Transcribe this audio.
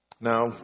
Now